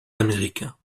américains